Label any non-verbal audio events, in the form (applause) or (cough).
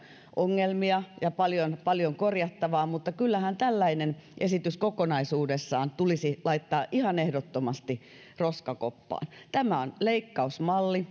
ongelmia ja paljon paljon korjattavaa mutta kyllähän tällainen esitys kokonaisuudessaan tulisi laittaa ihan ehdottomasti roskakoppaan tämä on leikkausmalli (unintelligible)